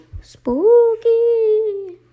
Spooky